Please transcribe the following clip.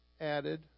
added